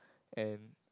and